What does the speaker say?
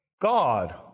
God